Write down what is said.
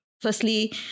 Firstly